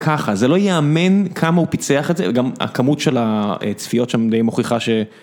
ככה, זה לא ייאמן כמה הוא פיצח את זה, גם הכמות של הצפיות שם די מוכיחה ש...